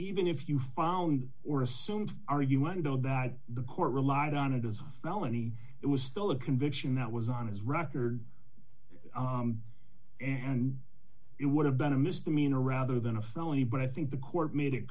even if you found or assumed argument though that the court relied on it as a felony it was still a conviction that was on his record and it would have been a misdemeanor rather than a felony but i think the court made it